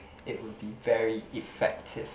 it would be very effective